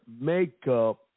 makeup